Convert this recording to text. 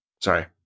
Sorry